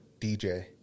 DJ